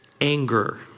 anger